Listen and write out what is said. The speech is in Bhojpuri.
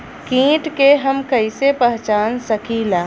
कीट के हम कईसे पहचान सकीला